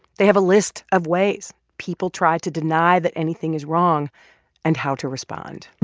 they have a list of ways people try to deny that anything is wrong and how to respond